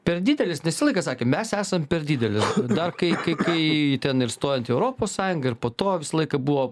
per didelis nes i laiką sakėm mes esam per didelis dar kai kai kai ten ir stojant į europos sąjungą ir po to visą laiką buvo